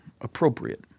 appropriate